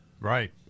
Right